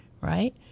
right